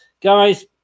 Guys